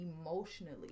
emotionally